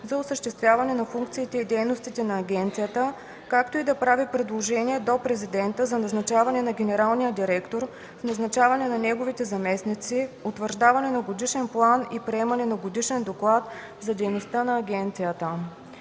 за осъществяване на функциите и дейностите на агенцията, както и да прави предложение до президента за назначаване на генералния директор, в назначаване на неговите заместници, в утвърждаване на годишен план и приемане на годишен доклад за дейността на агенцията.